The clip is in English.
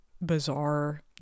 bizarre